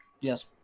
Yes